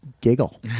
giggle